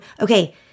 okay